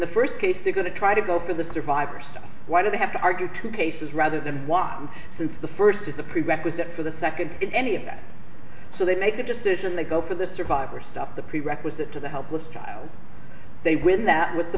the first case to go to try to go for the survivors why do they have to argue two cases rather than why since the first is a prerequisite for the second if any of them so they make the decision they go for the survivor stuff the prerequisite to the helpless child they win that with the